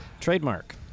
Trademark